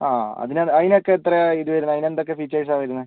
ആ അതിന് അതിനൊക്കെ എത്രയാണ് ഇത് വരുന്നത് അതിന് എന്തൊക്കെ ഫീച്ചേഴ്സ് ആണ് വരുന്നത്